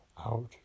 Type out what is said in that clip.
out